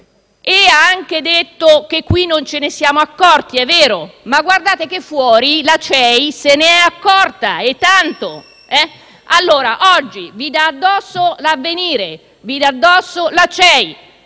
Ha anche detto che qui non ce ne siamo accorti (ed è vero), ma guardate che fuori la CEI se n'è accorta e tanto. Oggi allora vi dà addosso «Avvenire» e vi dà addosso la CEI.